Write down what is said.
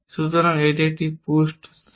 সুতরাং এটি একটি পুসড স্থান